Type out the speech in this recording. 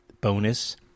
bonus